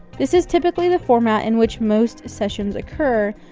this is typically the format in which most sessions occur,